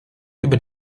über